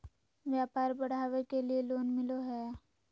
व्यापार बढ़ावे के लिए लोन मिलो है?